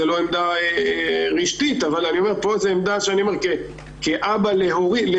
זו לא עמדה רשתית אבל זו עמדה שאני אומר כאבא לילדים,